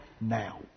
now